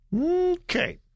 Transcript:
Okay